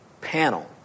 panel